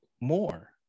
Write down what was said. more